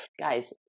Guys